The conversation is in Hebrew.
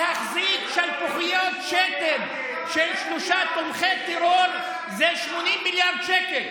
להחזיק שלפוחיות שתן של שלושה תומכי טרור זה 80 מיליארד שקל.